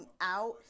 out